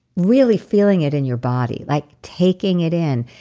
really feeling it in your body, like taking it in.